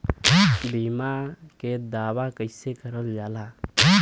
बीमा के दावा कैसे करल जाला?